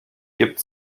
gibt